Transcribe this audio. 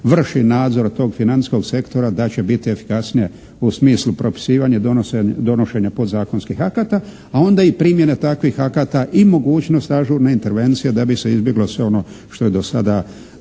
vrši nadzor tog financijskog sektora da će biti efikasnija u smislu propisivanja i donošenja podzakonskih akata, a onda i primjene takve akata i mogućnosti ažurne intervencije da bi se izbjeglo sve ono što je do sada bilo